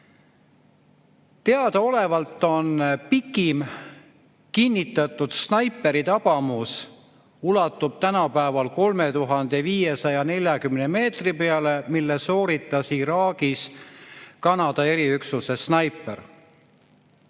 Teadaolevalt ulatub pikim kinnitatud snaipritabamus tänapäeval 3540 meetri peale ja selle sooritas Iraagis Kanada eriüksuse snaiper.